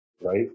right